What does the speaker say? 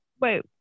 wait